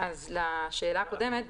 לשאלה הקודמת,